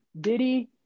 Diddy